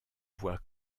voit